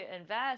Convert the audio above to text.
invest